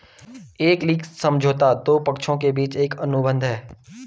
एक लीज समझौता दो पक्षों के बीच एक अनुबंध है